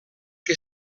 que